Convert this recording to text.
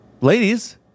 Ladies